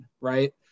right